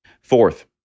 Fourth